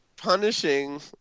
Punishing